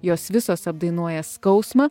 jos visos apdainuoja skausmą